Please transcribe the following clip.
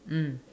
mm